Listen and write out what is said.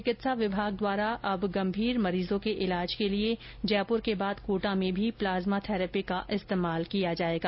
चिकित्सा विभाग द्वारा अब गंभीर मरीजों के इलाज के लिए जयपुर के बाद कोटा में भी प्लाज्मा थैरेपी का इस्तेमाल किया जाएगा